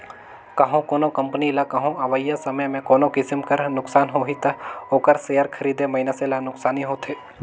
कहों कोनो कंपनी ल कहों अवइया समे में कोनो किसिम कर नोसकान होही ता ओकर सेयर खरीदे मइनसे ल नोसकानी होथे